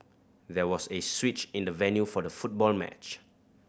there was a switch in the venue for the football match